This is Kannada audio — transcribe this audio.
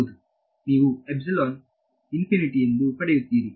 ಹೌದು ನೀವು ಎಪ್ಸಿಲಾನ್ ಇನ್ಫಿನಿಟಿ ಎಂದು ಪಡೆಯುತ್ತೀರಿ